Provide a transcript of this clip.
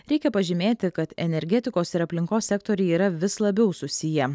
reikia pažymėti kad energetikos ir aplinkos sektoriai yra vis labiau susiję